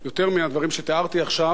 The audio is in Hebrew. יותר מהדברים שתיארתי עכשיו,